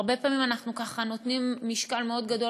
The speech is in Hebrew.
הרבה פעמים אנחנו נותנים משקל מאוד גדול